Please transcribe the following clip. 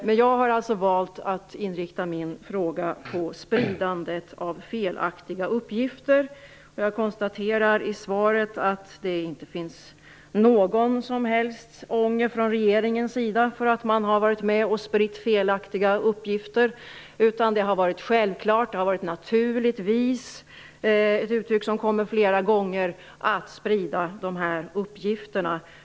Men jag har valt att inrikta min fråga på spridandet av felaktiga uppgifter. Jag konstaterar att det i svaret från regeringens sida inte finns någon som helst ånger för att man varit med om att sprida felaktiga uppgifter. I stället har det varit självklart - naturligtvis är ett uttryck som återkommer flera gånger - att sprida de här uppgifterna.